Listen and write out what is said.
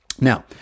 Now